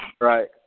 Right